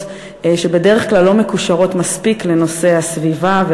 שבדרך כלל לא מקושרות מספיק לנושא הסביבה,